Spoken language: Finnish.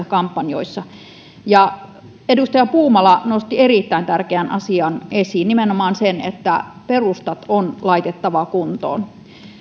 kampanjoissa edustaja puumala nosti erittäin tärkeän asian esiin nimenomaan sen että perustat on laitettava kuntoon